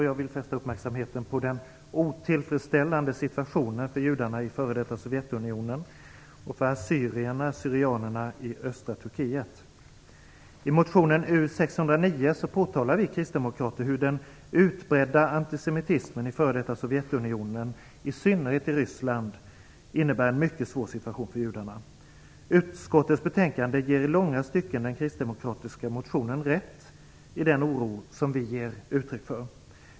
Jag vill också fästa uppmärksamheten på den otillfredsställande situationen för judarna i f.d. Sovjetunionen och för assyrierna och syrianerna i östra I motion U609 påtalar vi kristdemokrater att den utbredda antisemitismen i f.d. Sovjetunionen, i synnerhet i Ryssland, innebär en mycket svår situation för judarna. Utskottets betänkande ger i långa stycken den kristdemokratiska motionen rätt i den oro vi ger uttryck för.